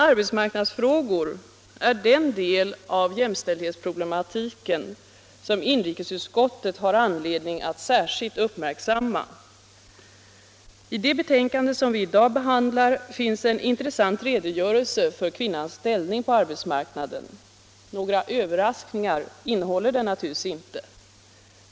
Arbetsmarknadsfrågor är den del av jämställdhetsproblematiken som inrikesutskottet har anledning att särskilt uppmärksamma. I det betänkande som vi i dag behandlar finns en intressant redogörelse för kvinnans ställning på arbetsmarknaden. Några överraskningar innehåller den naturligtvis inte.